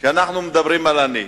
כי אנחנו מדברים על עני.